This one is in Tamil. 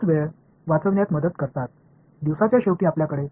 எனவே இந்த வகையான தந்திரங்கள் கணக்கீட்டு நேரத்தை நிறைய சேமிக்க உதவுகின்றன